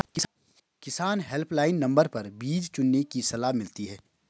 किसान helpline number पर बीज चुनने की सलाह मिलती है